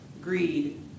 greed